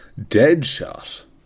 Deadshot